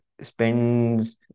spends